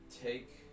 take